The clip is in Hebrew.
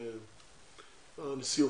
לישיבת נשיאות.